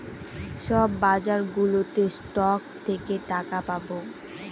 সব বাজারগুলোতে স্টক থেকে টাকা পাবো